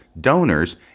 donors